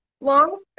long